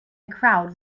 crowd